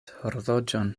horloĝon